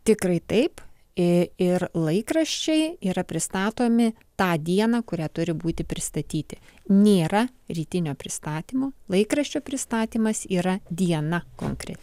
tikrai taip ir laikraščiai yra pristatomi tą dieną kurią turi būti pristatyti nėra rytinio pristatymo laikraščio pristatymas yra diena konkreti